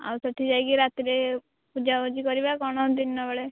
ଆଉ ସେଇଠି ଯାଇକି ରାତିରେ ପୂଜା ପୂଜୀ କରିବା କ'ଣ ଦିନ ବେଳେ